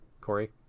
Corey